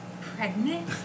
pregnant